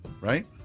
Right